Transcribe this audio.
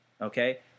Okay